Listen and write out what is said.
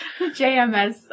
JMS